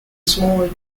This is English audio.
smaller